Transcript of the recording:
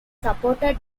supported